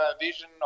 vision